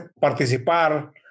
participar